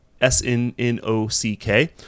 S-N-N-O-C-K